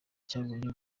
cyabonye